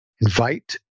invite